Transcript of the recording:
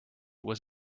was